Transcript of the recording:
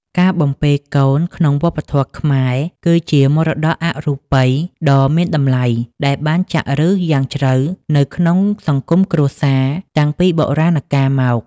ការបំពេកូនក្នុងវប្បធម៌ខ្មែរ គឺជាមរតកអរូបីដ៏មានតម្លៃដែលបានចាក់ឫសយ៉ាងជ្រៅនៅក្នុងសង្គមគ្រួសារតាំងពីបុរាណកាលមក។